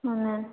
ହଁ ମ୍ୟାମ୍